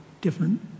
different